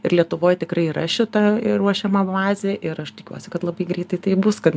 ir lietuvoj tikrai yra šita ruošiama invazija ir aš tikiuosi kad labai greitai tai bus kad